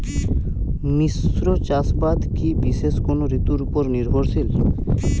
মিশ্র চাষাবাদ কি বিশেষ কোনো ঋতুর ওপর নির্ভরশীল?